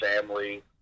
family